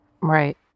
Right